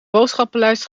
boodschappenlijst